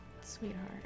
Sweetheart